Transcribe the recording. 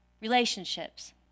relationships